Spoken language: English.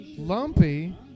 Lumpy